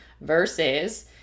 Versus